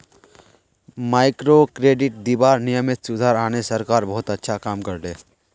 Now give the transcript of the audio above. microcredit दीबार नियमत सुधार आने सरकार बहुत अच्छा काम कर ले